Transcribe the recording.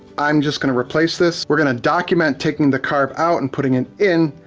i'm just gonna replace this. we're gonna document taking the carb out and putting it in.